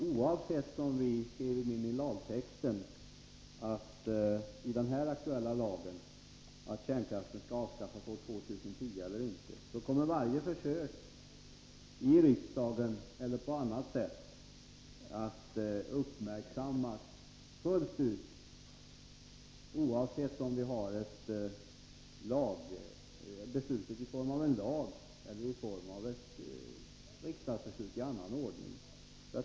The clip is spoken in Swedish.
Oavsett om vi skriver in i den aktuella lagtexten att kärnkraften skall avskaffas år 2010 eller inte, tror jag att man kommer att fullt ut ta hänsyn till detta — alltså oavsett om riksdagen föreskriver detta i lag eller genom ett beslut av annat slag.